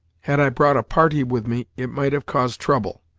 had i brought a party with me, it might have caused trouble.